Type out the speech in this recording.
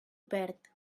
perd